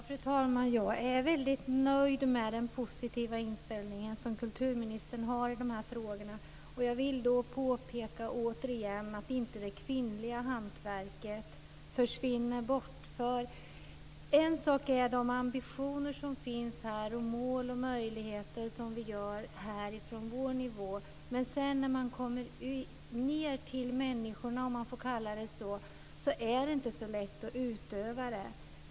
Fru talman! Jag är väldigt nöjd med den positiva inställning som kulturministern har i de här frågorna. Jag vill återigen påpeka att det är viktigt att det kvinnliga hantverket inte försvinner bort. De ambitioner, mål och möjligheter som vi på vår nivå åstadkommer är en sak, men när man kommer ned till människor, om jag får kalla det så, är det inte så lätt att utöva detta.